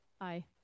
Aye